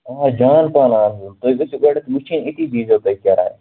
آ جان پہَن آسَنو تُہۍ گٔژھِو گۄڈٕٮ۪تھ وُچھِنۍ أتی دیٖزیو تُہۍ کِراے